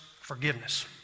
forgiveness